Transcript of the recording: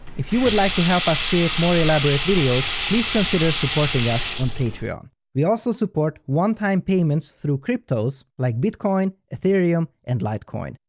if you would like to help us create more elaborate videos, please consider supporting us on patreon. we also support one-time payments through cryptos like bitcoin, ethereum and litecoin.